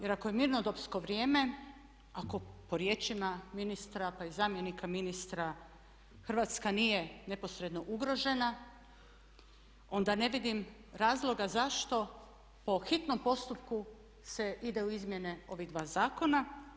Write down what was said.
Jer ako je mirnodopsko vrijeme, ako po riječima ministra pa i zamjenika ministra Hrvatska nije neposredno ugrožena, onda ne vidim razloga zašto po hitnom postupku se ide u izmjene ovih dva zakona.